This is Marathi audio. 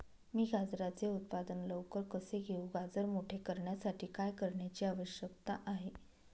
मी गाजराचे उत्पादन लवकर कसे घेऊ? गाजर मोठे करण्यासाठी काय करण्याची आवश्यकता आहे?